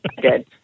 good